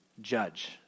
judge